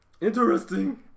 Interesting